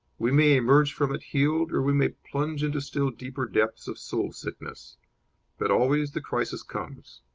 we may emerge from it healed or we may plunge into still deeper depths of soul-sickness but always the crisis comes.